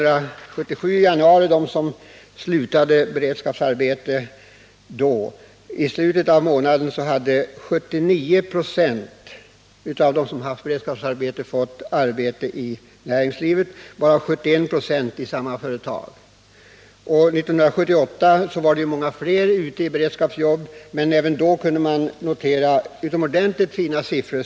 Det har visat sig att av dem som slutade sitt beredskapsarbete i slutet av januari 1977 hade 79 96 fått anställning inom näringslivet, varav 71 96 i det företag där de haft beredskapsarbete. 1978 var många fler ute i beredskapsjobb, och även då kunde man notera utomordentligt goda resultat.